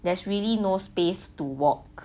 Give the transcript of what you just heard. there's really no space to walk